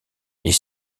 est